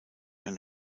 eine